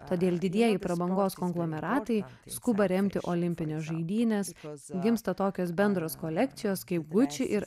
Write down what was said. todėl didieji prabangos konglomeratai skuba remti olimpines žaidynes gimsta tokios bendros kolekcijos kaip gucci ir